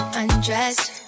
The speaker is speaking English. undressed